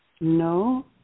No